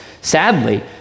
sadly